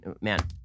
man